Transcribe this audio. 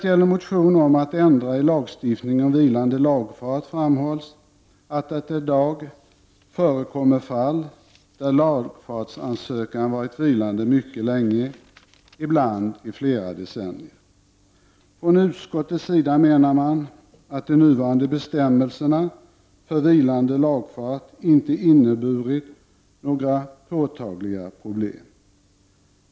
I motionen om att ändra i lagen om vilande lagfart framhålles att det i dag förekommer fall där lagfartsansökan varit vilande mycket länge, i bland i flera decennier. Från utskottets sida menar man att de nuvarande bestämmelserna för vilande lagfart inte inneburit några påtagliga problem.